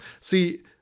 See